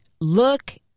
look